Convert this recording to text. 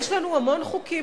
יש לנו המון חוקים